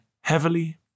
heavily